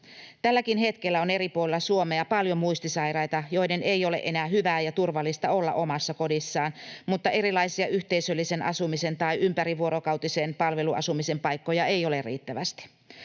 Tälläkin hetkellä on eri puolilla Suomea paljon muistisairaita, joiden ei ole enää hyvää ja turvallista olla omassa kodissaan, mutta erilaisia yhteisöllisen asumisen tai ympärivuorokautisen palveluasumisen paikkoja ei ole riittävästi.